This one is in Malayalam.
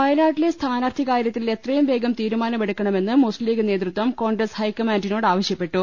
വയനാട്ടിലെ സ്ഥാനാർത്ഥി കാര്യത്തിൽ എത്രയും വേഗം തീരു മാനം എടുക്കണമെന്ന് മുസ്ത്രീംലീഗ് നേതൃത്വം കോൺഗ്രസ് ഹൈക്കമാന്റിനോടാവശ്യപ്പെട്ടു